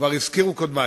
כבר הזכירו קודמי